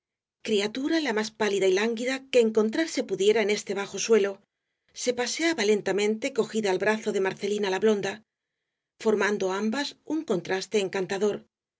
criatura la más pálida y lánguida que encontrarse pudiera en este bajo suelo se paseaba lentamente cogida al brazo de marcelina la blonda formando ambas un contraste encantador